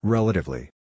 Relatively